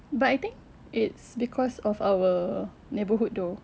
but I think it's because of our neighborhood though